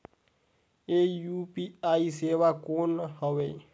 ये यू.पी.आई सेवा कौन हवे?